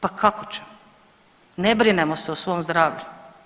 Pa kako ćemo, ne brinemo se o svom zdravlju.